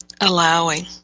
allowing